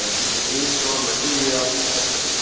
ah dissemination um materials, etcetera.